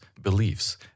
beliefs